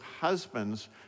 husbands